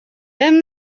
then